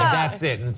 that is it. and